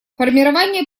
формирование